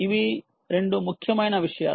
ఇవి 2 ముఖ్యమైన విషయాలు